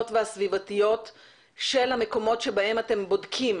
והסביבתיות של המקומות שבהם אתם בודקים?